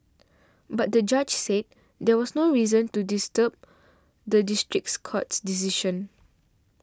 but the judge said there was no reason to disturb the districts court's decision